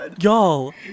Y'all